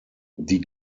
die